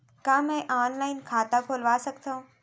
का मैं ऑनलाइन खाता खोलवा सकथव?